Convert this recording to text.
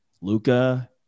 Luca